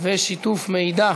מידע